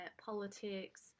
politics